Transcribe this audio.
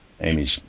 Amy's